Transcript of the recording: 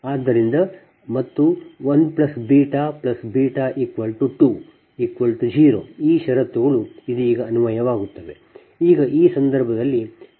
ಆದ್ದರಿಂದ ಮತ್ತು 1 β β 2 0 ಈ ಷರತ್ತುಗಳು ಇದೀಗ ಅನ್ವಯವಾಗುತ್ತವೆ